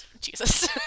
Jesus